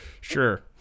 Sure